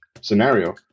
scenario